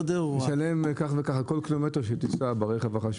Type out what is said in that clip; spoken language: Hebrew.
תשלם כך וכך על כל קילומטר שתיסע ברכב החשמלי.